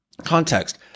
context